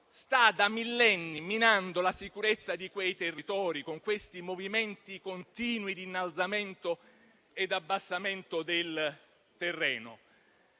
sta da millenni minando la sicurezza di quei territori con movimenti continui di innalzamento ed abbassamento del terreno.